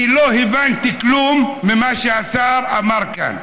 כי לא הבנתי כלום ממה שהשר אמר כאן.